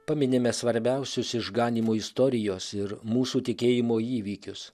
paminime svarbiausius išganymo istorijos ir mūsų tikėjimo įvykius